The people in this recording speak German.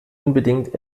unbedingt